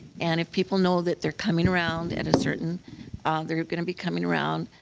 and if people know that they're coming around at a certain ah they're going to be coming around,